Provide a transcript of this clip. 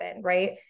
Right